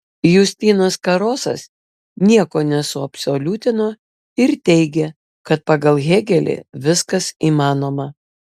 justinas karosas nieko nesuabsoliutino ir teigė kad pagal hėgelį viskas įmanoma